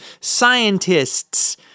scientists